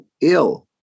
ill